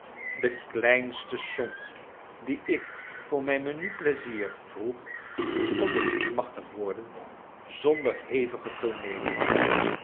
de ideinste som die ik voor mijn menus plai sirs vroeg kon ik niet machtig worden zonder hevige tooneelen